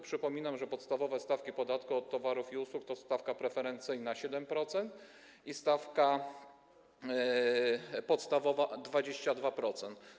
Przypominam, że podstawowe stawki podatku od towarów i usług to stawka preferencyjna 8% i stawka podstawowa 22%.